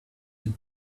will